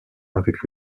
avec